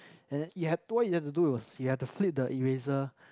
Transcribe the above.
and then you have what you have to do is you have to flip the eraser